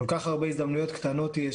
כל כך הרבה הזדמנויות קטנות יש.